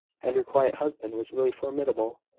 and her quiet husband was really formidable.